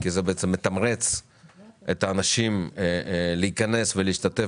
כי זה בעצם מתמרץ את האנשים להיכנס ולהשתתף